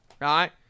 right